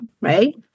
Right